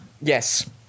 Yes